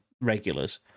regulars